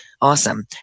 Awesome